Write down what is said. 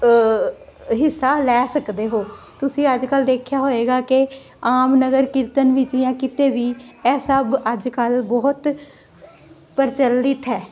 ਹਿੱਸਾ ਲੈ ਸਕਦੇ ਹੋ ਤੁਸੀਂ ਅੱਜ ਕੱਲ੍ਹ ਦੇਖਿਆ ਹੋਏਗਾ ਕਿ ਆਮ ਨਗਰ ਕੀਰਤਨ ਵਿੱਚ ਜਾਂ ਕਿਤੇ ਵੀ ਇਹ ਸਭ ਅੱਜ ਕੱਲ੍ਹ ਬਹੁਤ ਪ੍ਰਚਲਿਤ ਹੈ